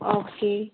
okay